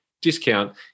discount